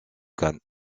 cannes